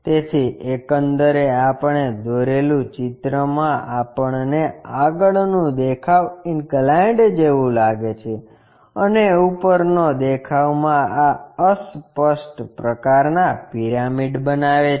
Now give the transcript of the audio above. તેથી એકંદરે આપણે દોરેલું ચિત્રમાં આપણને આગળનું દેખાવ ઇન્કલાઇન્ડ જેવું લાગે છે અને ઉપરનો દેખાવ મા આ અસ્પષ્ટ પ્રકારના પિરામિડ બનાવે છે